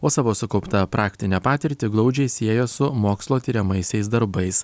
o savo sukauptą praktinę patirtį glaudžiai sieja su mokslo tiriamaisiais darbais